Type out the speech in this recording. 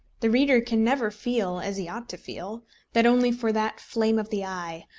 the reader can never feel as he ought to feel that only for that flame of the eye,